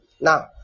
Now